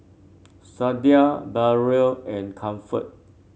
Sadia Barrel and Comfort